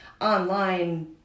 online